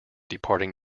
departing